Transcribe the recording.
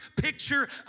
picture